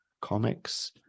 comics